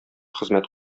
хезмәт